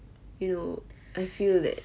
you know I feel that